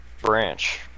branch